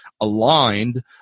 aligned